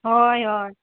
हय हय